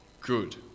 good